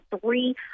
three